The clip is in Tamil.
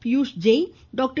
பியூஷ் ஜெயின் டாக்டர்